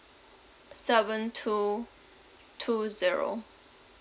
seven two two zero